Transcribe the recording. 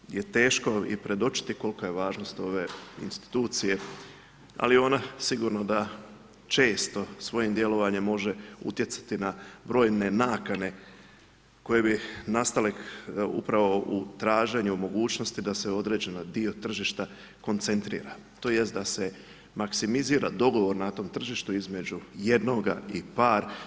Možda je teško i predočiti kolika je važnost ove institucije, ali ona sigurno da često svojim djelovanjem može utjecati na brojne naknade, koje bi nastale upravo u traženju, mogućnosti, da se određeni dio tržišta koncentrira, tj. da se maksimizira dogovor na tom tržištu, između jednoga i par.